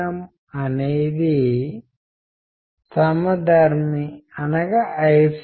ఒక సమాజం నాగరికత కోసం నిర్మించాలంటే కమ్యూనికేషన్ని పెంపొందించుకోవడం చాలా అవసరం